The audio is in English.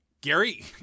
Gary